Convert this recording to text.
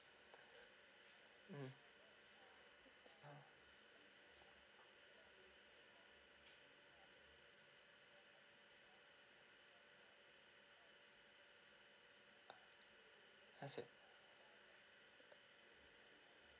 mm I see